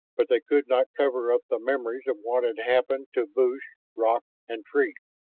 but they could not cover up the memories of what had happened to bush, rock, and tree.